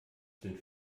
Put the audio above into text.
sind